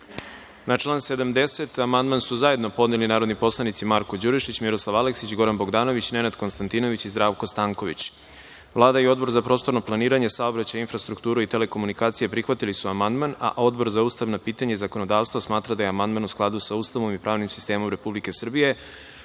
član 70. amandman su zajedno podneli narodni poslanici Marko Đurišić, Miroslav Aleksić, Goran Bogdanović, Nenad Konstantinović i Zdravko Stanković. Vlada i Odbor za prostorno planiranje, saobraćaj, infrastrukturu i telekomunikacije prihvatili su amandman. Odbor za ustavna pitanja i zakonodavstvo smatra da je amandman u skladu sa Ustavom i pravnim sistemom Republike